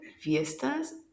Fiestas